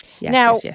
Now